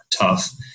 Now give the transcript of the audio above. tough